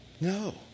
No